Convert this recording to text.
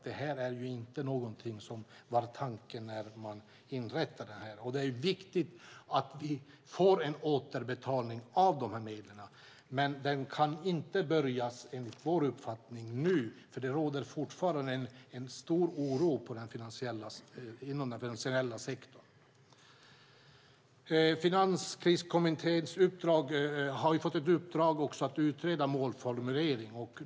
Det var inte tanken när fonden inrättades. Det är viktigt att det blir en återbetalning av medlen, men den kan inte, enligt vår uppfattning, påbörjas nu eftersom det fortfarande råder stor oro i den finansiella sektorn. Finanskriskommittén har fått ett uppdrag att utreda målformuleringen.